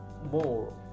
more